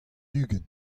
ugent